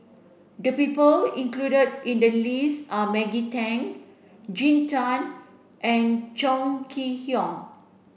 the people included in the list are Maggie Teng Jean Tay and Chong Kee Hiong